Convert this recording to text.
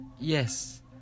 yes